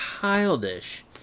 childish